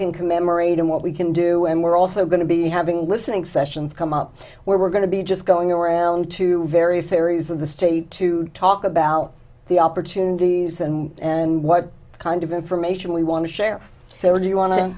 can commemorate and what we can do and we're also going to be having listening sessions come up where we're going to be just going around to various theories of the state to talk about the opportunities and and what kind of information we want to share so you wan